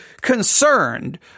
concerned